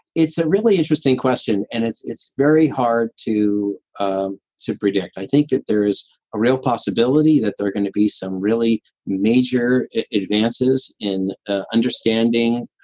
it's a really interesting question and it's it's very hard to um to predict. i think that there is a real possibility that there're going to be some really major advances in ah understanding,